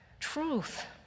truth